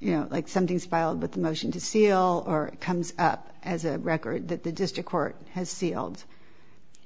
you know like something is filed with the motion to seal or comes up as a record that the district court has sealed